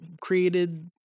created